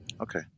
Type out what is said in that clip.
Okay